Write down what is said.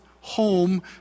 home